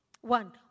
One